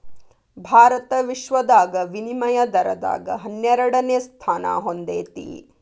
ಭಾರತ ವಿಶ್ವದಾಗ ವಿನಿಮಯ ದರದಾಗ ಹನ್ನೆರಡನೆ ಸ್ಥಾನಾ ಹೊಂದೇತಿ